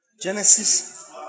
Genesis